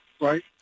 right